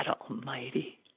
Almighty